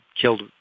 killed